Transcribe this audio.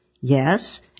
Yes